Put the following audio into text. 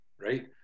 right